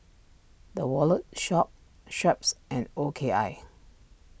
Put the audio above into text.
the Wallet Shop Schweppes and O K I